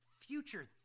Future